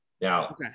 Now